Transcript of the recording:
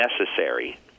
necessary